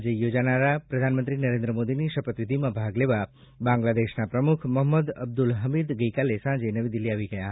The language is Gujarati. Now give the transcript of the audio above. આજે યોજાનારા પ્રધાનમંત્રી નરેન્દ્ર મોદીની શપથવિધીમાં ભાગ લેવા બાંગ્લાદેશના પ્રમુખ મહંમદ અબ્દુલ હમીદ ગઈકાલે સાંજે નવી દિલ્હી આવી ગયા છે